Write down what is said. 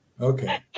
Okay